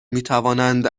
میتوانند